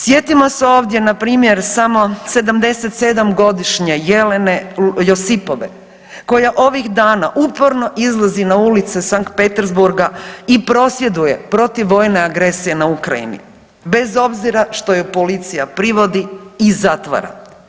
Sjetimo se ovdje npr. samo 77 godišnje Jelene Josipove koja ovih dana uporno izlazi na ulice Sankt Petersburga i prosvjeduje protiv vojne agresije na Ukrajini bez obzira što je policija privodi i zatvara.